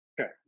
Okay